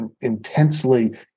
intensely